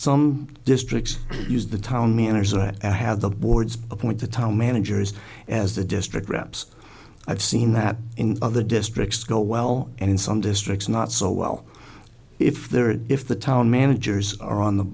some districts used the town manner so that i had the boards appoint the tao managers as the district reps i've seen that in other districts go well and in some districts not so well if they're if the town managers are on the